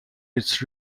its